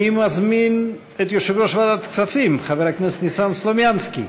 אני מזמין את יושב-ראש ועדת הכספים חבר הכנסת ניסן סלומינסקי,